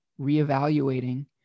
reevaluating